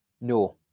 No